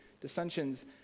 dissensions